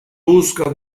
busca